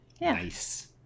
nice